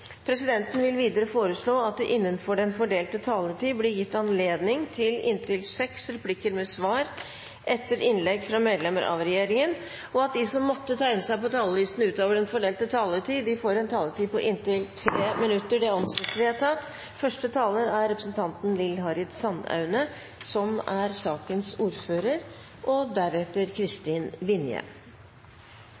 presidenten foreslå at det – innenfor den fordelte taletid – blir gitt anledning til replikkordskifte på inntil seks replikker med svar etter innlegg fra medlemmer av regjeringen, og at de som måtte tegne seg på talerlisten utover den fordelte taletid, får en taletid på inntil 3 minutter. – Det anses vedtatt. Farlige klimaendringer er her allerede. 2015 var det varmeste målte året i vår nære historie, og